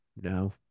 no